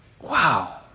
wow